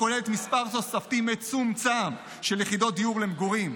הכוללת מספר תוספתי מצומצם של יחידות דיור למגורים,